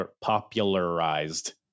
popularized